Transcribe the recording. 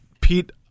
Pete